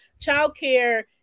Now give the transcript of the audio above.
childcare